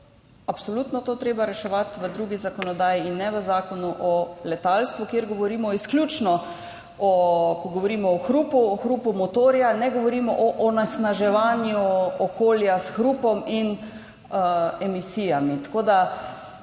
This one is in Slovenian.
absolutno to treba reševati v drugi zakonodaji in ne v Zakonu o letalstvu, kjer govorimo, ko govorimo o hrupu, o hrupu motorja, ne govorimo o onesnaževanju okolja s hrupom in emisijami.